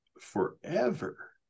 forever